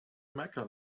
mecca